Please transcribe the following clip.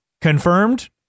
confirmed